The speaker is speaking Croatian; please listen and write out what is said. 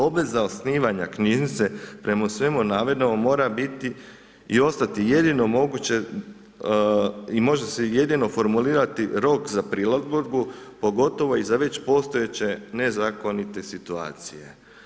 Obveza osnivanja knjižnice prema svemu navedenom mora biti i ostati jedino moguće i može se jedino formulirati rok za prilagodbu pogotovo i za već postojeće nezakonite situacije.